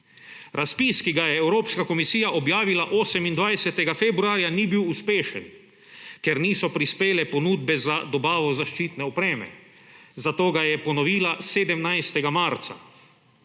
Razpis, ki ga je Evropska komisija objavila 28. februarja, ni bil uspešen, ker niso prispele ponudbe za dobavo zaščitne opreme, zato ga je ponovila 17. marca.